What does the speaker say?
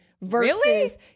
versus